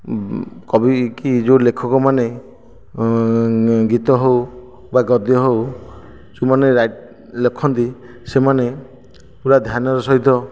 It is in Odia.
କବି କି ଯୋଉ ଲେଖକ ମାନେ ଗୀତ ଉ ହେବା ଗଦ୍ୟ ହେଉ ଯୋଉମାନେ ଲେଖନ୍ତି ସେମାନେ ପୁରା ଧ୍ୟାନର ସହିତ